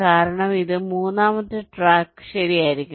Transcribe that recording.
കാരണം ഇതിന് മൂന്നാമത്തെ ട്രാക്ക് ശരിയായിരിക്കണം